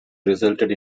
resulted